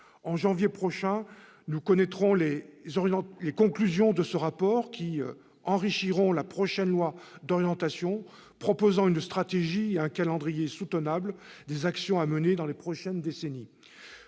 En janvier prochain, nous connaîtrons les conclusions de ce rapport, qui enrichiront la prochaine loi d'orientation en proposant une stratégie et un calendrier soutenables des actions à mener dans les prochaines décennies.